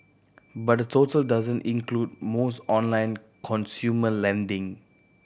but the total doesn't include most online consumer lending